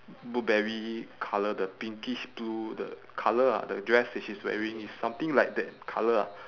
blueberry colour the pinkish blue the colour ah the dress that she's wearing is something like that colour ah